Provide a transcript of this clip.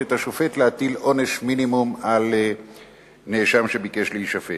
את השופט להטיל עונש מינימום על נאשם שביקש להישפט.